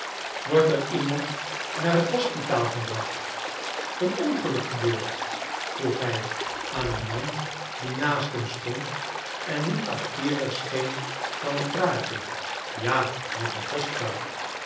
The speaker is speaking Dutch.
wordt er iemand naar het hospitaal gebracht een ongeluk gebeurd vroeg hij aan een man die naast hem stond en niet afkeerig scheen van een praatje ja met die